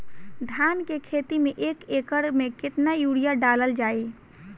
धान के खेती में एक एकड़ में केतना यूरिया डालल जाई?